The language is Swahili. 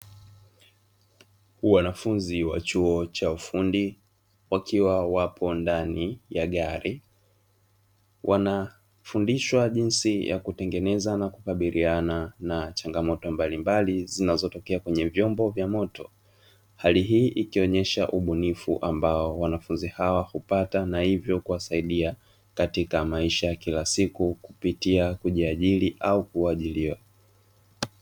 Wanafunzi wa chuo cha ufundi, wakiwa wapo ndani ya gari, wanafundishwa jinsi ya kutengeneza na kukabiliana na changamoto mbalimbali zinazotokea kwenye vyombo vya moto. Hali hii ikionyesha ubunifu ambao wanafunzi hawa hupata na hivyo kuwasaidia katika maisha ya kila siku, kupitia kujiajiri au kuajiriwa.